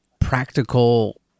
practical